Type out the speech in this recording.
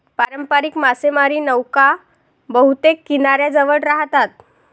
पारंपारिक मासेमारी नौका बहुतेक किनाऱ्याजवळ राहतात